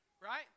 Right